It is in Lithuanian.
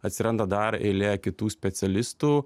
atsiranda dar eilė kitų specialistų